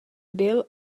byl